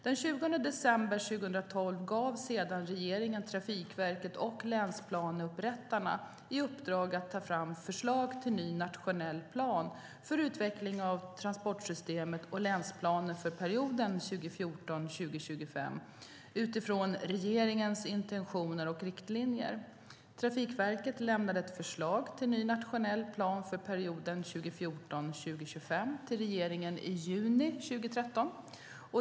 Den 20 december 2012 gav sedan regeringen Trafikverket och länsplaneupprättarna i uppdrag att ta fram förslag till ny nationell plan för utveckling av transportsystemet och länsplaner för perioden 2014-2025 utifrån regeringens intentioner och riktlinjer. Trafikverket lämnade ett förslag till ny nationell plan för perioden 2014-2025 till regeringen i juni 2013.